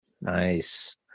Nice